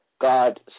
God